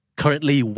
currently